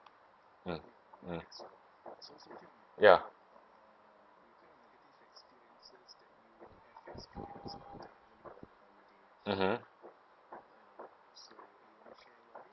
mm mm ya mmhmm